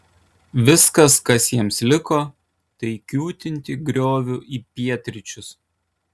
viskas kas jiems liko tai kiūtinti grioviu į pietryčius